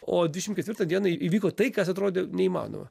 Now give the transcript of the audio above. o dvidešim ketvirtą dieną įvyko tai kas atrodė neįmanoma